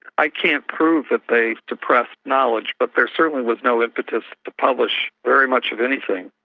i can't prove that they suppressed knowledge, but there certainly was no impetus to publish very much of anything.